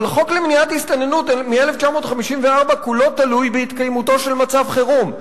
אבל החוק למניעת הסתננות מ-1954 כולו תלוי בהתקיימותו של מצב חירום.